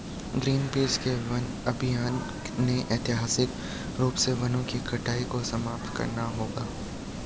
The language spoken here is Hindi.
ग्रीनपीस के वन अभियान ने ऐतिहासिक रूप से वनों की कटाई को समाप्त करना होगा